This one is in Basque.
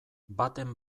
baten